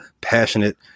passionate